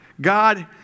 God